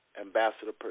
Ambassador